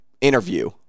interview